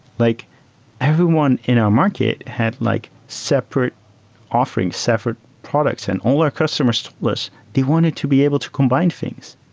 like everyone in our market had like separate offering, separate products and all our customers told us, they wanted to be able to combine things.